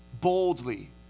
boldly